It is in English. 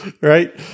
Right